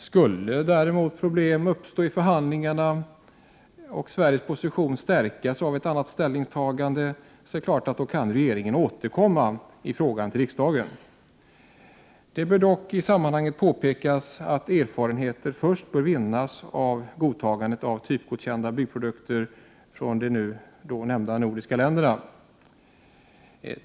Skulle problem uppstå i förhandlingarna och Sveriges position stärkas av ett annat ställningstagande, kan regeringen naturligtvis återkomma till riksdagen. Det bör dock i sammanhanget påpekas att erfarenheter först bör vinnas av godtagandet av typgodkända byggprodukter från de nordiska länderna.